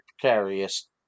precarious